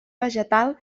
vegetal